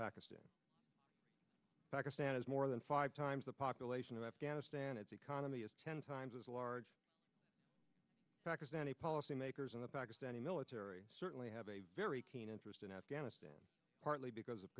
pakistan pakistan is more than five times the population of afghanistan its economy is ten times as large pakistani policy makers and the pakistani military certainly have a very keen interest in afghanistan partly because of